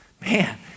Man